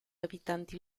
abitanti